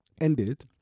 ended